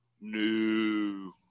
no